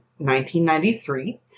1993